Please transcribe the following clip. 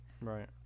Right